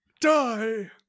die